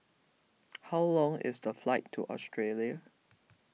how long is the flight to Australia